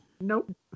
Nope